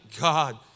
God